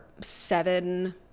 seven